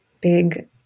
big